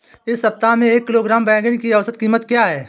इस सप्ताह में एक किलोग्राम बैंगन की औसत क़ीमत क्या है?